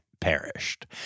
perished